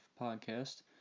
podcast